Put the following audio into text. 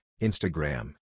Instagram